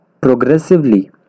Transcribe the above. progressively